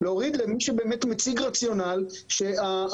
להוריד למי שבאמת מציג רציונל שהתוצאה